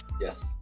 Yes